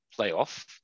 playoff